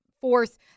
fourth